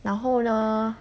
然后呢